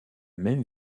même